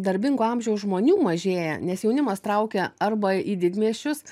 darbingo amžiaus žmonių mažėja nes jaunimas traukia arba į didmiesčius